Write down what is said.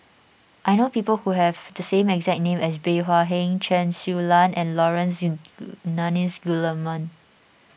I know people who have the exact name as Bey Hua Heng Chen Su Lan and Laurence Nunns Guillemard